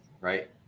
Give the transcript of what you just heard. right